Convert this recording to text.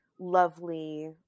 lovely